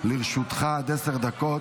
נעבור לנושא הבא על סדר-היום,